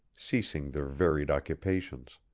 ceasing their varied occupations.